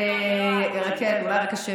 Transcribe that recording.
ברוך השם.